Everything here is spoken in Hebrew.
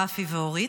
רפי ואורית,